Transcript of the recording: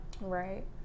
right